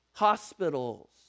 hospitals